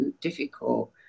difficult